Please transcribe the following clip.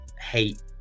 hate